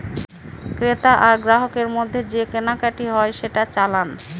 ক্রেতা আর গ্রাহকের মধ্যে যে কেনাকাটি হয় সেটা চালান